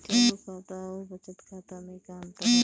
चालू खाता अउर बचत खाता मे का अंतर होला?